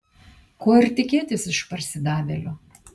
ko ir tikėtis iš parsidavėlio